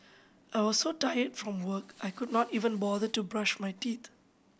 I was so tired from work I could not even bother to brush my teeth